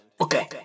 Okay